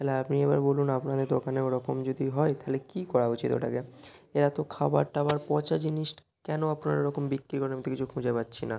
তালে আপনি এবার বলুন আপনাদের দোকানে ওরকম যদি হয় তালে কী করা উচিত ওটাকে এরা তো খাবার টাবার পচা জিনিসটা কেন আপনারা ওরকম বিক্রি করেন আমি তো কিছু খুঁজে পাচ্ছি না